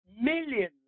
millions